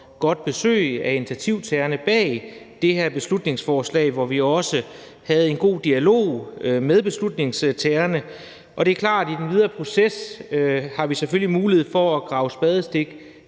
godt besøg af initiativtagerne bag det her beslutningsforslag, hvor vi også havde en god dialog med beslutningstagerne. Det er klart, at i den videre proces har vi selvfølgelig mulighed for at grave et spadestik